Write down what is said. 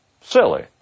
Silly